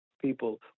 People